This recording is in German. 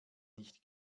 nicht